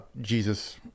Jesus